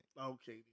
Okay